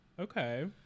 Okay